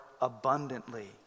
abundantly